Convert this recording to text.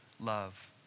love